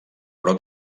però